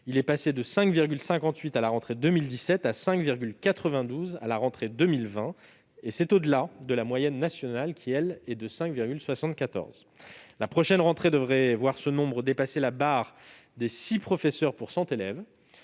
passant de 5,58 à la rentrée 2017 à 5,92 à la rentrée 2020, au-delà de la moyenne nationale qui s'établit à 5,74. La prochaine rentrée devrait voir ce nombre dépasser la barre des 6 professeurs pour 100 élèves.